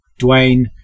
Dwayne